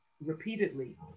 repeatedly